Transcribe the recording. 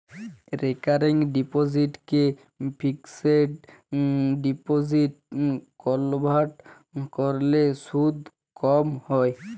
recurring ডিপসিটকে fixed ডিপসিটে convert ক্যরলে সুদ ক্যম হ্যয়